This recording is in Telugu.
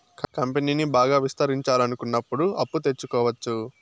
కంపెనీని బాగా విస్తరించాలనుకున్నప్పుడు అప్పు తెచ్చుకోవచ్చు